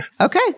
Okay